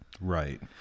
Right